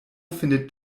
findet